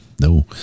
no